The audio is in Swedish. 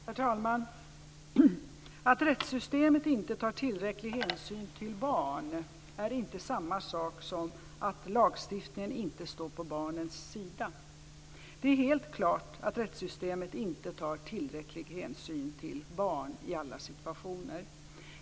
Herr talman! Att rättssystemet inte tar tillräcklig hänsyn till barn är inte samma sak som att lagstiftningen inte står på barnens sida. Det är helt klart att rättssystemet inte tar tillräcklig hänsyn till barn i alla situationer.